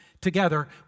together